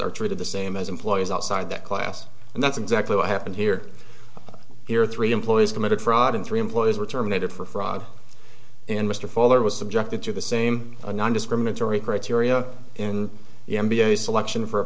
are treated the same as employees outside that class and that's exactly what happened here here three employees committed fraud and three employees were terminated for fraud and mr fuller was subjected to the same nondiscriminatory criteria in the m b a selection for a